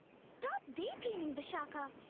stop day-dreaming, vishaka,